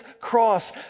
cross